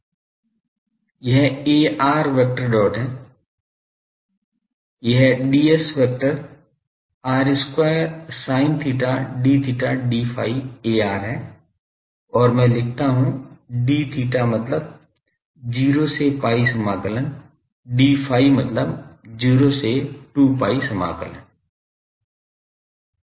यह ar vector dot है यह ds vector r square sin theta d theta d phi ar है और मैं लिखता हूँ d theta मतलब 0 से pi समाकलन d phi मतलब 0 से 2 pi समाकलन